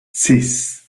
six